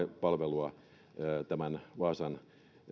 palvelua vaasan